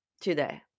today